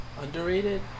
Underrated